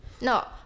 no